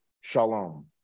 shalom